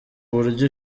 buryo